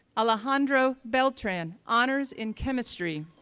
alejandro beltran, honors in chemistry,